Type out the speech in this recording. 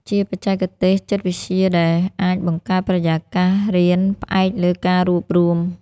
ជាបច្ចេកទេសចិត្តវិទ្យាដែលអាចបង្កើតបរិយាកាសរៀនផ្អែកលើការរួបរួម។